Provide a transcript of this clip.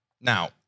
Now